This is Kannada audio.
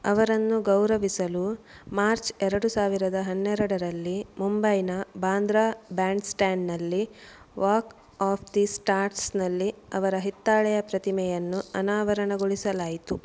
ಅವರನ್ನು ಗೌರವಿಸಲು ಮಾರ್ಚ್ ಎರಡು ಸಾವಿರದ ಹನ್ನೆರಡರಲ್ಲಿ ಮುಂಬೈನ ಬಾಂದ್ರಾ ಬ್ಯಾಂಡ್ ಸ್ಟ್ಯಾಂಡ್ನಲ್ಲಿ ವಾಕ್ ಆಫ್ ದಿ ಸ್ಟಾರ್ಸ್ನಲ್ಲಿ ಅವರ ಹಿತ್ತಾಳೆಯ ಪ್ರತಿಮೆಯನ್ನು ಅನಾವರಣಗೊಳಿಸಲಾಯಿತು